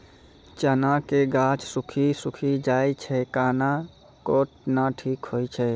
चना के गाछ सुखी सुखी जाए छै कहना को ना ठीक हो छै?